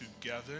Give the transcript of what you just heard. together